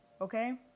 okay